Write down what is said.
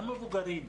גם מבוגרים,